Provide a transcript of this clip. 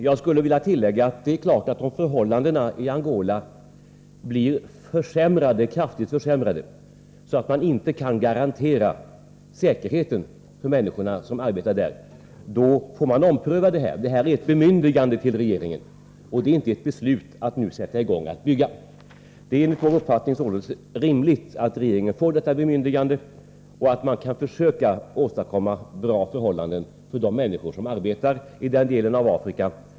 Jag skulle vilja tillägga att det är klart att om förhållandena i Angola blir kraftigt försämrade, så att man inte kan garantera säkerheten för de människor som arbetar där, då får man ompröva saken. Detta är ett bemyndigande till regeringen och inte något beslut att nu sätta i gång att bygga. Det är enligt vår uppfattning rimligt att regeringen får detta bemyndigande, så att man kan försöka åstadkomma bra förhållanden för de människor som arbetar i den delen av Afrika.